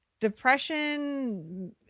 depression